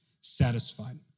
satisfied